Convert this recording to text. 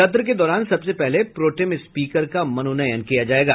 सत्र के दौरान सबसे पहले प्रोटेम स्पीकर का मनोनयन किया जायेगा